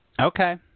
Okay